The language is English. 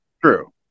True